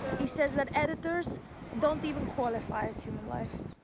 he says that editors don't even qualify as human life.